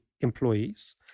employees